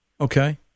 Okay